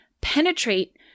penetrate